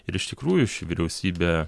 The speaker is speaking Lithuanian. ir iš tikrųjų ši vyriausybė